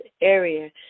area